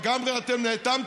אתם לגמרי נאטמתם?